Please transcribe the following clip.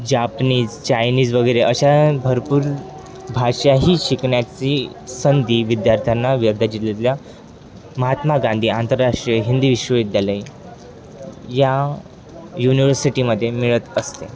Japanese Chinese वगैरे अशा भरपूर भाषा ही शिकण्याची संधी विद्यार्थ्यांना वर्धा जिल्ह्यातल्या महात्मा गांधी आंतरराष्ट्रीय हिंदी विश्वविद्यालय या युनिवर्सिटीमध्ये मिळत असते